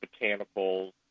botanicals